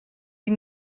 die